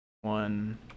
One